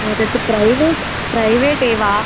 तत् private private एव